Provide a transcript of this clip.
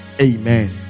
amen